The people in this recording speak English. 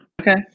Okay